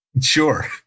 Sure